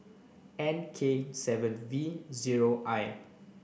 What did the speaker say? N K seven V zero I